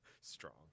Strong